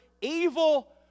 Evil